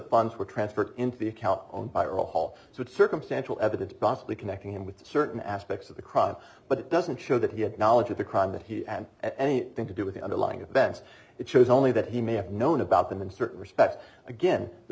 funds were transferred into the account on hall so it's circumstantial evidence possibly connecting him with certain aspects of the crowd but it doesn't show that he had knowledge of the crime that he had at any thing to do with the underlying events it shows only that he may have known about them in certain respects again the